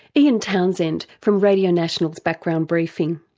ian townsend from radio national's background briefing.